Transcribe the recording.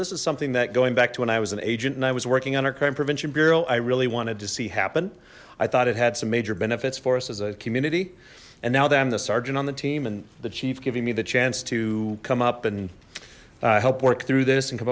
this is something that going back to when i was an agent and i was working on our crime prevention bureau i really wanted to see happen i thought it had some major benefits for us as a community and now that i'm the sergeant on the team and the chief giving me the chance to come up and help work through this and come